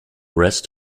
rest